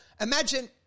Imagine